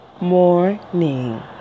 morning